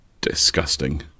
disgusting